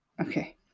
Okay